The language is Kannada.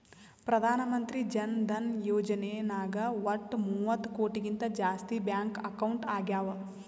ಪ್ರಧಾನ್ ಮಂತ್ರಿ ಜನ ಧನ ಯೋಜನೆ ನಾಗ್ ವಟ್ ಮೂವತ್ತ ಕೋಟಿಗಿಂತ ಜಾಸ್ತಿ ಬ್ಯಾಂಕ್ ಅಕೌಂಟ್ ಆಗ್ಯಾವ